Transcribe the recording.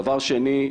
דבר שני,